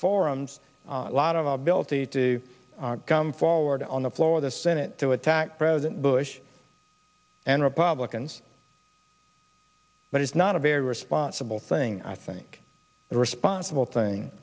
forums a lot of ability to come forward on the floor of the senate to attack president bush and republicans but it's not a very responsible thing i think the responsible thing